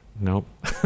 Nope